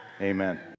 amen